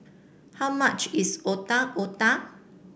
how much is Otak Otak